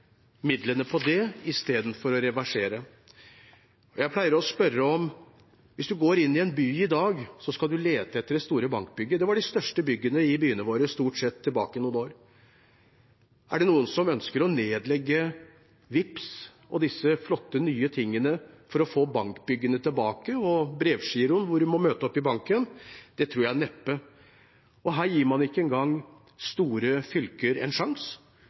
midlene på det istedenfor å reversere. Jeg pleier å si at hvis man går inn i en by i dag, skal man lete etter det store bankbygget. Det var de største byggene i byene våre, stort sett, noen år tilbake. Er det noen som ønsker å nedlegge Vipps og disse flotte, nye tingene for å få bankbyggene tilbake, få brevgiro tilbake, og at man må møte opp i banken? Det tror jeg neppe. Her gir man ikke engang store fylker en